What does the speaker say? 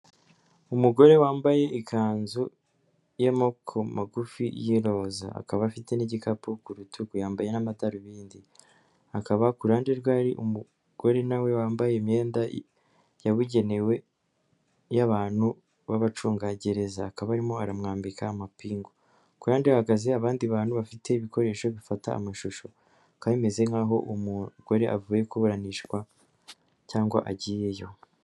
Umugore wambaye ikanzu y'amaboko magufi y'iroza akaba afite n'igikapu ku rutugu yambaye n'amadarubindi akaba ku ruhande rwe hari umugore nawe wambaye imyenda yabugenewe y'abantu b'abacungagereza akaba arimo aramwambika amapingu ku ruhande hahagaze abandi bantu bafite ibikoresho bifata amashusho akaba bimeze nk'aho umugore avuye kuburanishwa cyangwa agiyeyo.